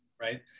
right